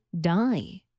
die